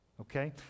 Okay